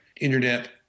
Internet